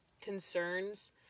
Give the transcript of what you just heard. concerns